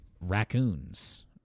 Raccoons